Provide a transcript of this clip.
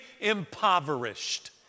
impoverished